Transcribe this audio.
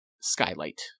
skylight